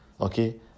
okay